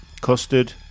custard